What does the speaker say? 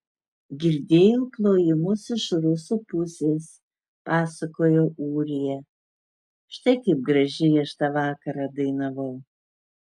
girdėjau plojimus iš rusų pusės pasakojo ūrija štai kaip gražiai aš tą vakarą dainavau